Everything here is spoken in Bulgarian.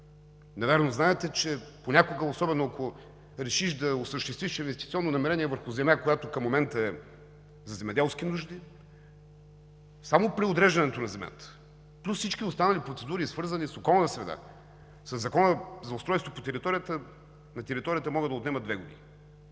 Навярно знаете, че понякога, особено ако решиш да осъществиш инвестиционно намерение върху земя, която към момента е за земеделски нужди, само при отреждането на земята плюс всички останали процедури, свързани с околна среда, със Закона за устройство на територията, могат да отнемат две години.